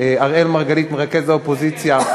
אראל מרגלית מרכז האופוזיציה,